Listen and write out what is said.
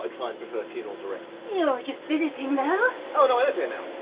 ah clients prefer funeral director. you're just visiting, though? oh no, i live here now.